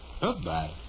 Goodbye